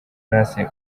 grace